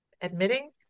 admitting